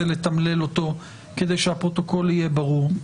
לתמלל אותו כדי שהפרוטוקול יהיה ברור.